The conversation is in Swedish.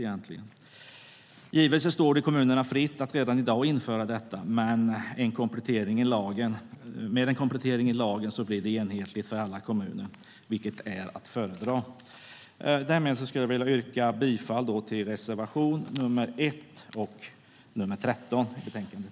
Givet står det kommunerna fritt att redan i dag införa detta, men med en komplettering i lagen blir det enhetligt för alla kommuner - vilket är att föredra. Därmed vill jag yrka bifall till reservationerna nr 1 och 13 i betänkandet.